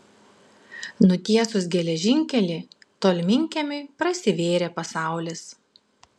nutiesus geležinkelį tolminkiemiui prasivėrė pasaulis